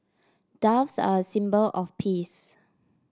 doves are a symbol of peace